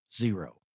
zero